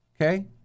Okay